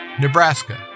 Nebraska